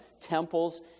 temples